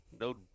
no